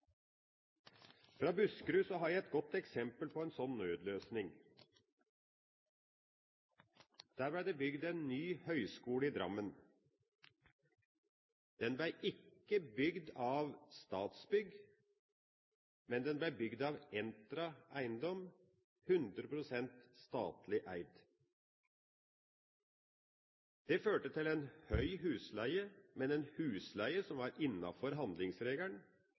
Fra Buskerud har jeg et godt eksempel på en sånn nødløsning. Der ble det bygd en ny høyskole i Drammen. Den ble ikke bygd av Statsbygg, men av Entra Eiendom – 100 pst. statlig eid. Det førte til høy husleie, men en husleie som var innafor handlingsregelen,